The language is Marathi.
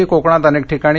आजही कोकणात अनेक ठिकाणी